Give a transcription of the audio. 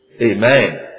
Amen